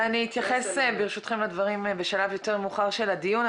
ברשותכם, אתייחס לדברים בשלב יותר מאוחר של הדיון.